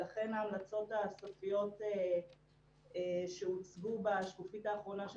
ולכן ההמלצות הסופיות שהוצגו בשקופית האחרונה של